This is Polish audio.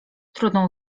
trudno